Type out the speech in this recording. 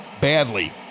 badly